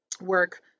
work